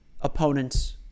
opponents